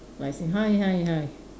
like say hi hi hi